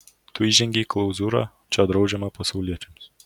tu įžengei į klauzūrą čia draudžiama pasauliečiams